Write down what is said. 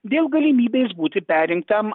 dėl galimybės būti perrinktam